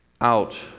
out